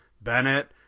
Bennett